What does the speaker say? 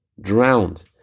drowned